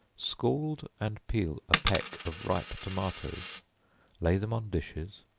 scald and peel a peck of ripe tomatoes lay them on dishes,